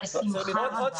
אין בעיה, בשמחה רבה.